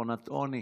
שכונת עוני.